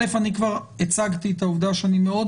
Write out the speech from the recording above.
אלף אני כבר הצגתי את העובדה שאני מאוד